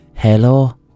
hello